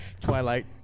Twilight